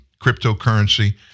cryptocurrency